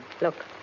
Look